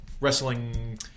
wrestling